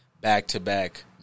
back-to-back